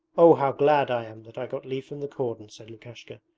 oh, how glad i am that i got leave from the cordon said lukashka,